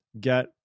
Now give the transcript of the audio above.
get